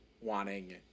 wanting